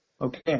Okay